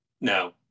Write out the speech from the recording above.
No